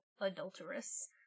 adulterous